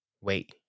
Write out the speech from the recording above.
wait